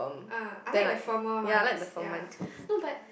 ah I like the firmer ones ya no but